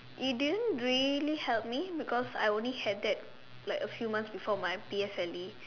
it didn't really help me because I only had that like a few months before my P_S_L_E